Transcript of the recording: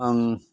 आं